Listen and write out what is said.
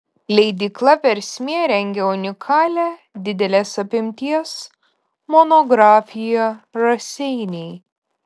leidykla versmė rengia unikalią didelės apimties monografiją raseiniai